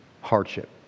Hardship